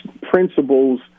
principles